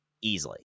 Easily